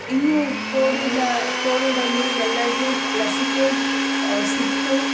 ಇನ್ನು ಕೋವಿಡ ಕೋವಿಡಲ್ಲಿ ಎಲ್ಲರಿಗೂ ಲಸಿಕೆ ಸಿಕ್ಕಿತು